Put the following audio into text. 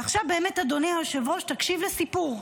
ועכשיו באמת, אדוני היושב-ראש, תקשיב לסיפור,